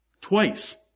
Twice